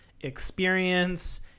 experience